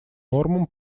нормам